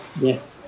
yes